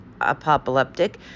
apoplectic